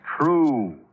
true